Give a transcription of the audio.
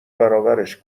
برابرش